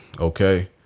okay